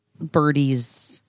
birdie's